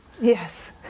Yes